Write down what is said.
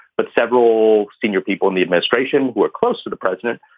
but several senior people in the administration who are close to the president,